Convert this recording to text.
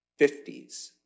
50s